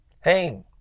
Hey